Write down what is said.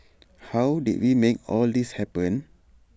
how did we make all this happen